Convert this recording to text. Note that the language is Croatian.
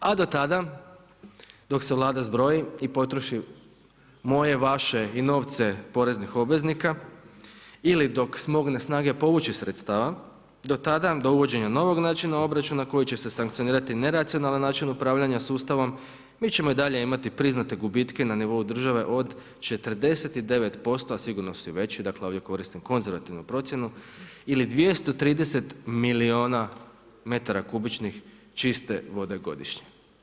A do tada dok se Vlada zbroji i potroši moje, vaše i novce poreznih obveznika, ili dok smogne snage povući sredstava, do tada, do uvođenja novog načina obračuna kojim će se sankcionirati neracionalan način upravljanja sustavom, mi ćemo i dalje imati priznate gubitke na nivou države od 49%, a sigurno su i veći, dakle, ovdje koristim konzervativnu procjenu, ili 230 milijuna metara kubičnih čiste vode godišnje.